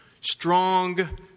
strong